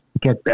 get